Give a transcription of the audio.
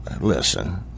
listen